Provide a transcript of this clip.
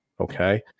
Okay